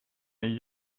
een